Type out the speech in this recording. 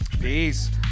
Peace